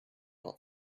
not